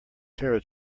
tara